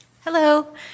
Hello